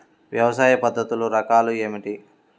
వ్యవసాయ పద్ధతులు రకాలు ఏమిటి?